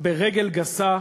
ברגל גסה,